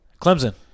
Clemson